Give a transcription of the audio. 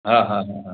हा हा हा हा